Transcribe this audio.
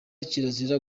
kirazira